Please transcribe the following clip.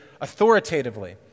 authoritatively